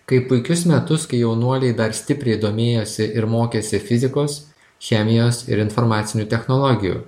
kaip puikius metus kai jaunuoliai dar stipriai domėjosi ir mokėsi fizikos chemijos ir informacinių technologijų